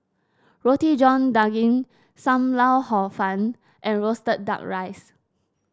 Roti John Daging Sam Lau Hor Fun and roasted duck rice